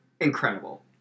incredible